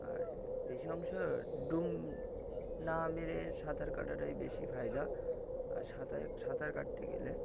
আর বেশি অংশ ডুব না মেরে সাঁতার কাটাটাই বেশি ফায়দা আর সাঁতার সাঁতার কাটতে গেলে